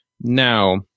now